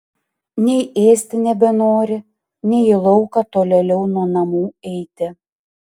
nei ėsti nebenori nei į lauką tolėliau nuo namų eiti